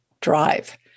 drive